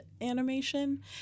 animation